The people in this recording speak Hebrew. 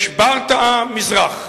יש ברטעה-מזרח,